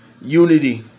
Unity